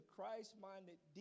Christ-minded